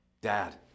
dad